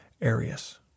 Arius